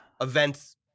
events